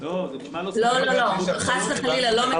לא לא, חס וחלילה לא מקצרים להם.